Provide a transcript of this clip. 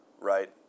right